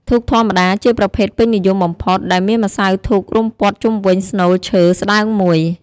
ធូបធម្មតា ជាប្រភេទពេញនិយមបំផុត ដែលមានម្សៅធូបរុំព័ទ្ធជុំវិញស្នូលឈើស្តើងមួយ។